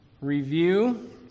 review